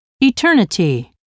eternity